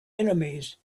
enemies